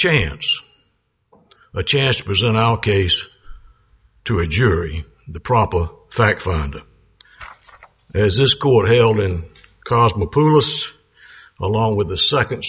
chance a chance to present our case to a jury the proper fact finder as this court halan cosmopolis along with the second